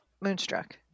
Moonstruck